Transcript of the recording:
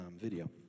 video